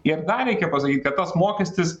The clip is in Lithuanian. ir dar reikia pasakyt kad tas mokestis